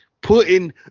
Putting